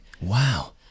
Wow